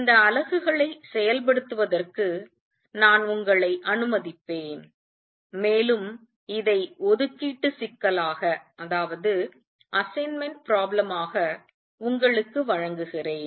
இந்த அலகுகளைச் செயல்படுத்துவதற்கு நான் உங்களை அனுமதிப்பேன் மேலும் இதை ஒதுக்கீட்டு சிக்கலாக உங்களுக்கு வழங்குகிறேன்